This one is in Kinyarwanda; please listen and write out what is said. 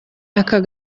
ako